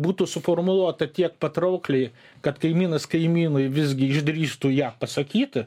būtų suformuluota tiek patraukliai kad kaimynas kaimynui visgi išdrįstų ją pasakyti